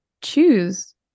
choose